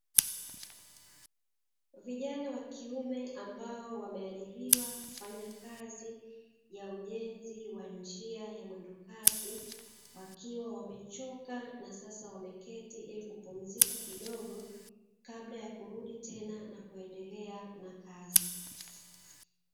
Vijana wa kiume ambao wameajiriwa kufanya kazi ya ujenzi wa njia ya mwendokasi, wakiwa wamechoka na sasa wameketi ili kupumzika kidogo kabla ya kurudi tena na kuendelea na kazi.